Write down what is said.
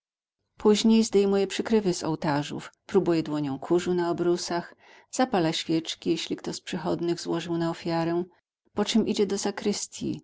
później zdejmuje przykrywy z ołtarzów próbuje dłonią kurzu na obrusach zapala świeczki jeśli kto z przychodnich złożył na ofiarę poczem idzie do zakrystji